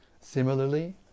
Similarly